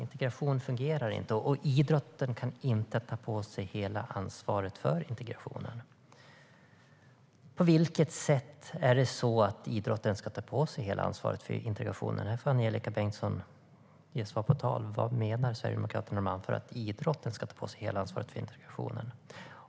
Integration fungerar inte. Och idrotten kan inte ta på sig hela ansvaret för integrationen. På vilket sätt ska idrotten ta på sig hela ansvaret för integrationen? Här får Angelika Bengtsson ge svar på tal. Vad menar Sverigedemokraterna med att anföra att idrotten ska ta på sig hela ansvaret för integrationen?